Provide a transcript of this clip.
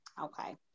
Okay